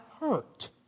hurt